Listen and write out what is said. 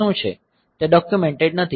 તે ડોક્યુમેંટેડ નથી